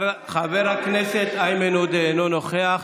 חבר הכנסת איימן עודה, אינו נוכח.